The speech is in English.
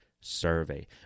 survey